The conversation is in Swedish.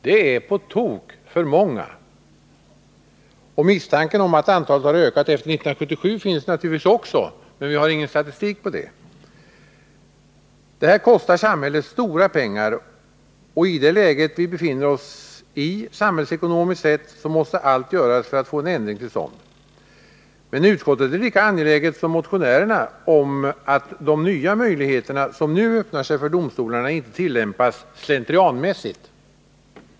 Det är på tok för många. Och misstanken att antalet har ökat från 1977 finns naturligtvis också — men vi har ingen statistik på det. Detta kostar samhället stora pengar, och i det läge som vi befinner oss i samhällsekonomiskt sett måste allt göras för att få en ändring till stånd. Men utskottet är lika angeläget som motionärerna om att de nya möjligheter som nu öppnar sig för domstolarna inte skall tillämpas slentrianmässigt.